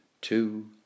two